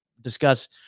discuss